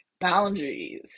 Boundaries